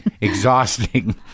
exhausting